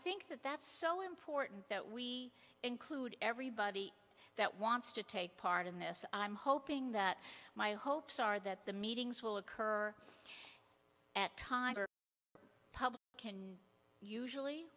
think that that's so important that we include everybody that wants to take part in this i'm hoping that my hopes are that the meetings will occur at times or public can usually